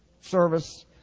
service